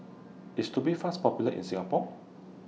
IS Tubifast Popular in Singapore